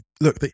Look